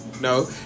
No